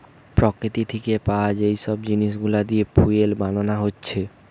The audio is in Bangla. প্রকৃতি থিকে পায়া যে সব জিনিস গুলা দিয়ে ফুয়েল বানানা হচ্ছে